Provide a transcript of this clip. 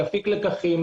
להפיק לקחים,